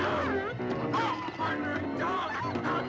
no no no